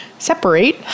Separate